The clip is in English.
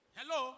Hello